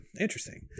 Interesting